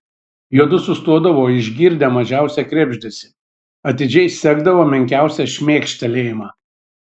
juodu sustodavo išgirdę mažiausią krebždesį atidžiai sekdavo menkiausią šmėkštelėjimą